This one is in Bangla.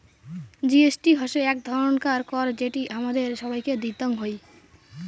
জি.এস.টি হসে এক ধরণকার কর যেটি হামাদের সবাইকে দিতং হই